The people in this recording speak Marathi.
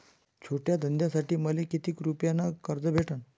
छोट्या धंद्यासाठी मले कितीक रुपयानं कर्ज भेटन?